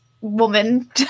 woman